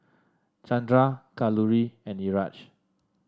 Chandra Kalluri and Niraj